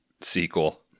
sequel